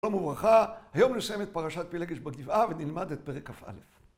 שלום וברכה. היום נסיים את פרשת פילגש בגבעה ונלמד את פרק כ"א.